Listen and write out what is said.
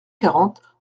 quarante